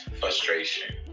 Frustration